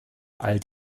all